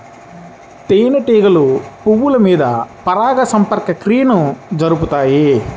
తేనెటీగలు పువ్వుల మీద పరాగ సంపర్క క్రియను జరుపుతాయి